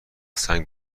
سنگ